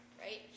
right